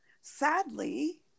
sadly